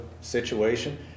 situation